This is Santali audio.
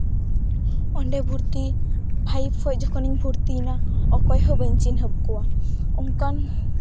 ᱚᱸᱰᱮ ᱵᱷᱩᱨᱛᱤ ᱯᱷᱟᱭᱤᱵ ᱠᱷᱚᱱ ᱡᱚᱠᱷᱚᱱᱤᱧ ᱵᱷᱩᱨᱛᱤᱭᱮᱱᱟ ᱚᱠᱚᱭ ᱦᱚᱸ ᱵᱟᱹᱧ ᱪᱤᱱᱦᱟᱹᱯ ᱠᱚᱣᱟ ᱚᱱᱠᱟᱱ